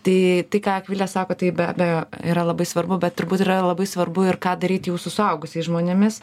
tai tai ką akvilė sako tai be abejo yra labai svarbu bet turbūt yra labai svarbu ir ką daryt jau su suaugusiais žmonėmis